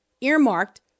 earmarked